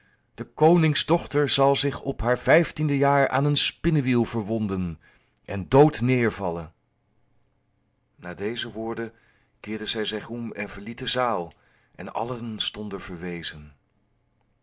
de koningsdochter zal zich op haar vijftiende jaar aan een spinnewiel verwonden en dood neêrvallen na deze woorden keerde zij zich om en verliet de zaal en allen stonden verwezen